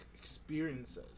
experiences